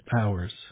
hours